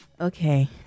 okay